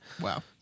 Wow